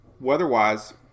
weather-wise